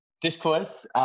discourse